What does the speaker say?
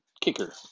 kicker